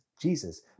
Jesus